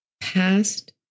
past